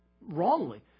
wrongly